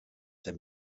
der